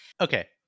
okay